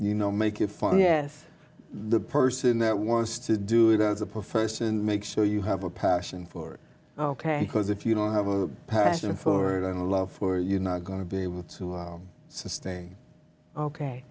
you know make it fun yes the person that wants to do it as a profession make sure you have a passion for it ok because if you don't have a passion for it and love for you not going to be able to sustain ok